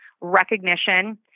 recognition